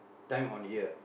time on here